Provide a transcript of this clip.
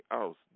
else